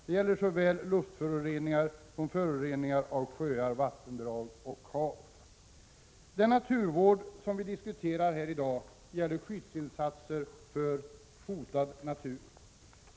Det gäller såväl luftföroreningar som föroreningar av sjöar, vattendrag och hav. Den naturvård som vi diskuterar här i dag gäller skyddsinsatser för hotad natur.